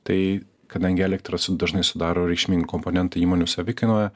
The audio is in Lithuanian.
tai kadangi elektra su dažnai sudaro reikšmingą komponentą įmonių savikainoje